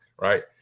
Right